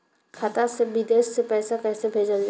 खाता से विदेश पैसा कैसे भेजल जाई?